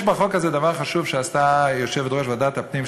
יש בחוק הזה דבר חשוב שעשתה יושבת-ראש ועדת הפנים,